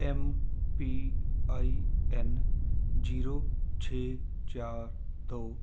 M P I N zero ਛੇ ਚਾਰ ਦੋ